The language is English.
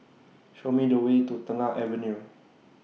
Show Me The Way to Tengah Avenue